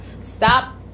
stop